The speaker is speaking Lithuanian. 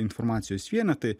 informacijos vienetai